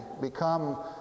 become